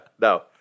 no